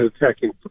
attacking